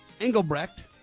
Engelbrecht